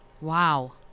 Wow